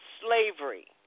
slavery